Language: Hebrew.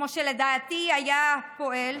כמו שלדעתי היה פועל,